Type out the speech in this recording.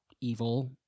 evil